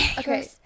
okay